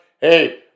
hey